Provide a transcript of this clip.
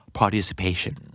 participation